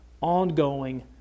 ongoing